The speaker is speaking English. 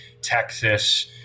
Texas